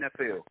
NFL